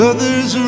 Others